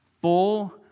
full